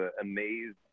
amazed